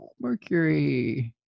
Mercury